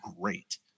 great